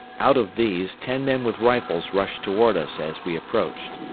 out of these ten men with rifles rushed toward us as we approached.